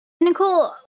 Nicole